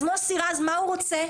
אז מוסי רז, מה הוא רוצה,